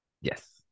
Yes